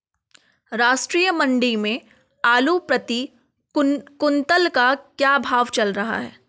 राष्ट्रीय मंडी में आलू प्रति कुन्तल का क्या भाव चल रहा है?